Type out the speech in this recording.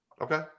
Okay